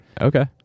Okay